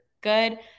good